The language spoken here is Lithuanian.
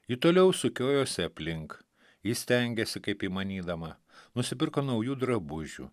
ji toliau sukiojosi aplink ji stengėsi kaip įmanydama nusipirko naujų drabužių